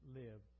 live